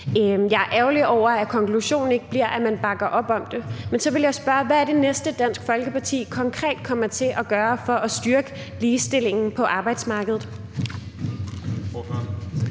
Jeg er ærgerlig over, at konklusionen ikke bliver, at man bakker op om det. Men så vil jeg spørge: Hvad er det næste, Dansk Folkeparti konkret kommer til at gøre for at styrke ligestillingen på arbejdsmarkedet?